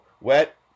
Wet